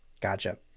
Gotcha